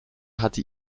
hatte